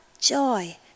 joy